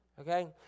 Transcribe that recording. Okay